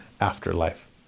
afterlife